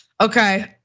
Okay